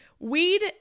Weed